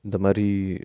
இந்தமாரி:inthamari